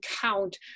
count